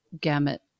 gamut